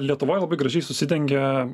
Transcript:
lietuvoj labai gražiai susidengia